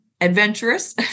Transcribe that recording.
adventurous